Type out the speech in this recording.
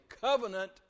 covenant